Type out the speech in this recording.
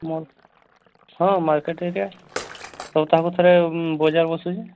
mall ହଁ market area ଆଉ ତାହା ପଛରେ ବଜାର ବସୁଛି